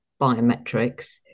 biometrics